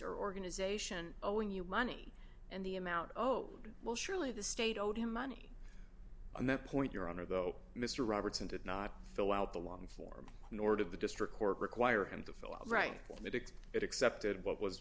or organization when you money and the amount oh well surely the state owed him money on that point your honor though mr robertson did not fill out the long form nor did the district court require him to fill out right for me to get it accepted what was